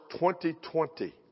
2020